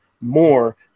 more